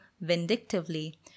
vindictively